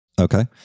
Okay